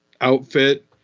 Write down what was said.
outfit